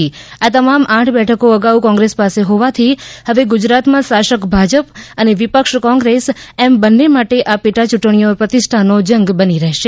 આમ આ તમામ આઠ બેઠકો અગાઉ કોંગ્રેસ પાસે હોવાથી ગુજરાતમાં શાસક ભાજપ અને વિપક્ષ કોંગ્રેસ એમ બંને માટે આ પેટા ચૂંટણીઓ પ્રતિષ્ઠાનો જંગ બની રહેશે